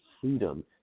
freedom